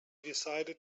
decided